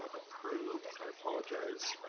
approve i apologize.